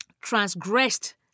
transgressed